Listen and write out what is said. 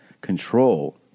control